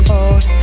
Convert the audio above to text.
old